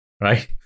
right